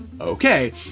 okay